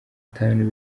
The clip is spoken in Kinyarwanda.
tanu